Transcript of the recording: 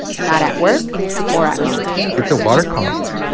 not at work or at home it's a water cost.